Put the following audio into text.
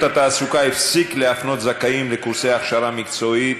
התעסוקה הפסיק להפנות זכאים לקורסי הכשרה מקצועית,